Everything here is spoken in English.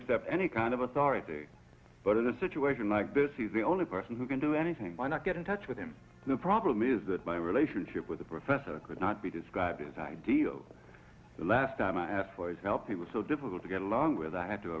accept any kind of authority but in a situation like this he's the only person who can do anything why not get in touch with him the problem is that my relationship with the professor could not be described as ideal the last time i asked for his help he was so difficult to get along with i had to